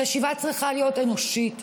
החשיבה צריכה להיות אנושית.